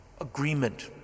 agreement